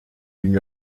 ging